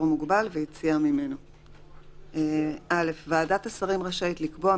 מוגבל ויציאה ממנו 15. (א)ועדת השרים רשאית לקבוע,